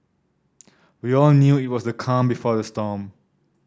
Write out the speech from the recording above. we all knew it was the calm before the storm